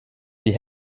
die